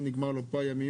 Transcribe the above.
אם נגמרו לו פה הימים,